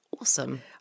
awesome